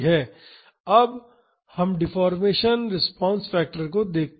अब हम deformation response factor को देखते हैं